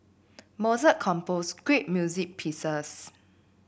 Mozart composed great music pieces